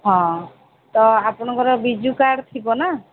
ହଁ ତ ଆପଣଙ୍କର ବିଜୁ କାର୍ଡ଼୍ ଥିବ ନାଁ